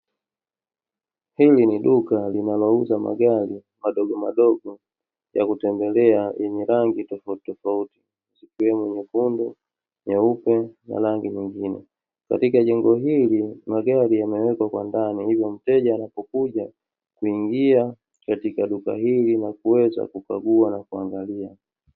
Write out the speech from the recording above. Hili ni duka linalouuza magari madogomadogo ya kutembelea yenye rangi tofauti tofauti ikiwemo nyekundu, nyeupe na rangi nyingine. Katika jengo hili magari yamewekwa kwa ndani ili mteja anapokuja huingia katika duka hili na kuweza kukagua na kuangalia.